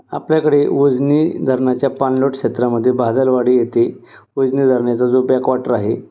आपल्याकडे उजनी धरणाच्या पाणलोट क्षेत्रामध्ये बादलवाडी येते उजनी धरणाचा जो बॅकवॉटर आहे